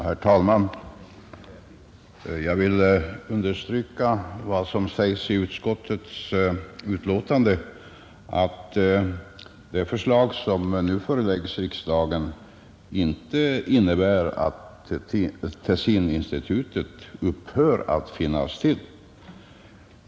Herr talman! Jag vill understryka vad som sägs i utskottets betänkande, nämligen att det förslag som nu föreläggs riksdagen inte innebär att Tessininstitutet upphör att finnas till.